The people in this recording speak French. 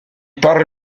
parle